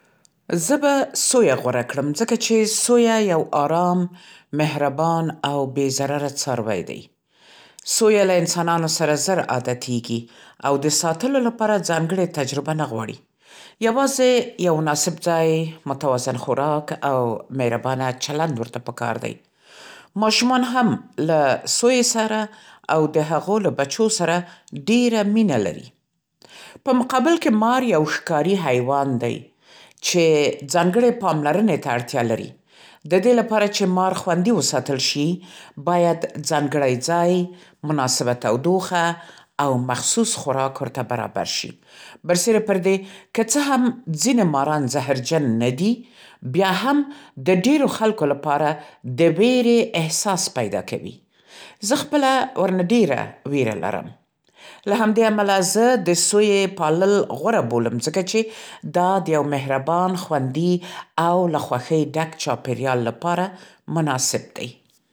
زه به سویه غوره کړم، ځکه چې سویه یو آرام، مهربان او بې‌ضرره څاروی دی. سویه له انسانانو سره زر عادتېږي او د ساتلو لپاره ځانګړې تجربه نه‌غواړي. یوازې یو مناسب ځای، متوازن خوراک او مهربانه چلند ورته پکار دی. ماشومان هم له سویې سره او د هغو له بچو سره ډېره مینه لري. په مقابل کې، مار یو ښکاری حیوان دی چې ځانګړې پاملرنې ته اړتیا لري. د دې لپاره چې مار خوندي وساتل شي، باید ځانګړی ځای، مناسبه تودوخه او مخصوص خوراک ورته برابر شي. برسېره پر دې، که څه هم ځینې ماران زهرجن نه دي، بیا هم د ډېرو خلکو لپاره د وېرې احساس پیدا کوي. زه خپله ورنه ډېره وېره لرم. له همدې امله زه د سویې پالل غوره بولم، ځکه چې دا د یو مهربان، خوندي او له خوښۍ ډک چاپېریال لپاره مناسب دی.